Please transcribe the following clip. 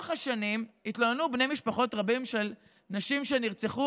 לאורך השנים התלוננו בני משפחה רבים של נשים שנרצחו,